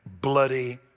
bloody